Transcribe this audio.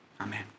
amen